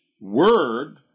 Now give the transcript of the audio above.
word